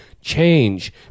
change